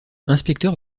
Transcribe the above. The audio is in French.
inspecteur